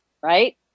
right